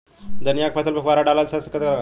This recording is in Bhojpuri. धनिया के फसल पर फुहारा डाला जा सकत बा?